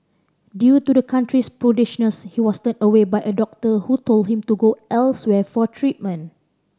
due to the country's prudishness he was turned away by a doctor who told him to go elsewhere for treatment